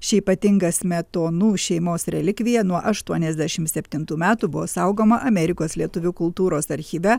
ši ypatinga smetonų šeimos relikvija nuo aštuoniasdešimt septintų metų buvo saugoma amerikos lietuvių kultūros archyve